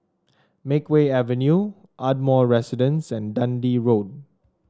Makeway Avenue Ardmore Residence and Dundee Road